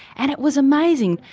and it was amazing,